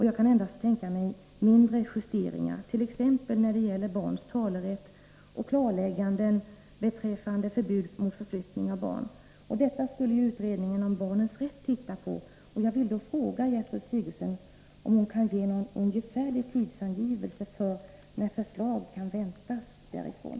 Jag kan endast tänka mig mindre justeringar, t.ex. när det gäller barns talerätt och klarlägganden beträffande förbudet mot förflyttning av barn. Dessa frågor skulle utredningen om barns rätt titta på. Jag vill fråga statsrådet Sigurdsen om vi kan få en ungefärlig tidsangivelse för när förslag kan väntas därifrån.